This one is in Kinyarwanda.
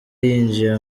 yinjiye